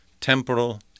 temporal